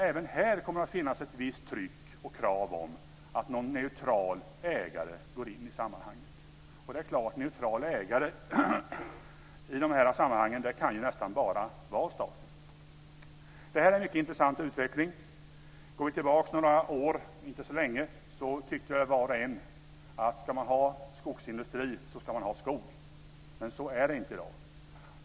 Även här kommer det att finnas ett visst tryck och krav om att någon neutral ägare ska gå in i sammanhanget. En neutral ägare i de här sammanhangen kan ju nästan bara vara staten. Det här är en mycket intressant utveckling. Vi kan se tillbaka några år. Det är inte så längesedan var och en tyckte att man skulle ha skog om man skulle ha skogsindustri, men så är det inte i dag.